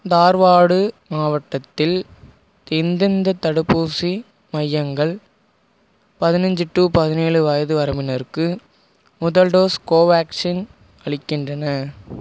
தார்வாடு மாவட்டத்தில் எந்தெந்த தடுப்பூசி மையங்கள் பதினஞ்சு டு பதினேழு வயது வரம்பினருக்கு முதல் டோஸ் கோவேக்சின் அளிக்கின்றன